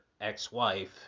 ex-wife